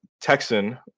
Texan